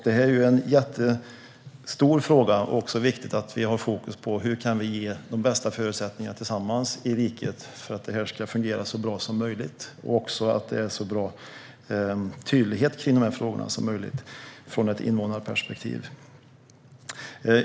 Detta är en jättestor fråga, och det är viktigt att vi har fokus på hur vi tillsammans kan ge de bästa förutsättningarna i riket för att det här ska fungera så bra som möjligt. Det ska också vara en så bra tydlighet som möjligt i de här frågorna i ett invånarperspektiv.